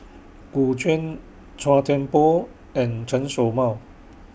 Gu Juan Chua Thian Poh and Chen Show Mao